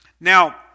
Now